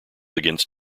against